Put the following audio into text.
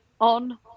on